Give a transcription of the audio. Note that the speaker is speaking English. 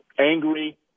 angry